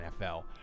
NFL